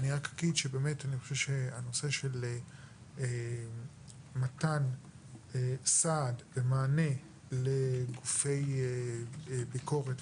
אני חושב שנושא מתן סעד ומענה לגופי ביקורת,